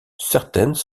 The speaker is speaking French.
certaines